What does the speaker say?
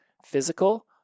physical